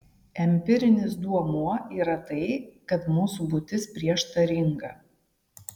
empirinis duomuo yra tai kad mūsų būtis prieštaringa